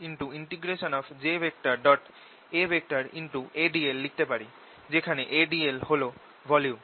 সুতরাং এটাকে 12jA লিখতে পারি যেখানে adl হল ভলিউম